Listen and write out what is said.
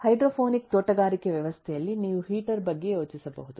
hydroponic ತೋಟಗಾರಿಕೆ ವ್ಯವಸ್ಥೆಯಲ್ಲಿ ನಾವು ಹೀಟರ್ ಬಗ್ಗೆ ಯೋಚಿಸಬಹುದು